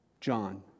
John